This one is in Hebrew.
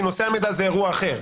כי נושא המידע זה אירוע אחר.